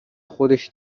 خودش